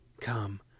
come